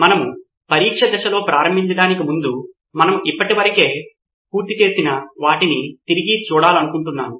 మనము పరీక్ష దశలో ప్రారంభించడానికి ముందు మనము ఇప్పటివరకు పూర్తి చేసిన వాటిని తిరిగి చూడాలనుకుంటున్నాను